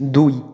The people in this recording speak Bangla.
দুই